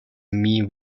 mean